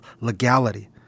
legality